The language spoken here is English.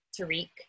Tariq